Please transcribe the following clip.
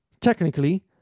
technically